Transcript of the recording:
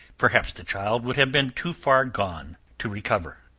perhaps the child would have been too far gone to recover.